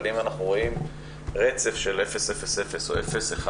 אבל אם אנחנו רואים רצף של אפס-אפס או אפס-אחד,